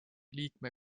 liikme